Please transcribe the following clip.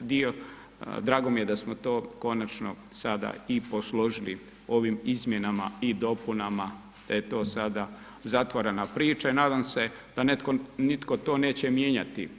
dio drago mi je da smo to konačno sada i posložili ovim izmjenama i dopunama da je to sada zatvorena priča i nadam se da nitko to neće mijenjati.